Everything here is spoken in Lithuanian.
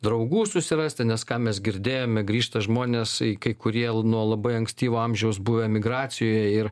draugų susirasti nes ką mes girdėjome grįžta žmonės kai kurie nuo labai ankstyvo amžiaus buvę emigracijoje ir